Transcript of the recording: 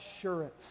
assurance